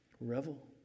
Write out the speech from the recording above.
revel